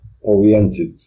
oriented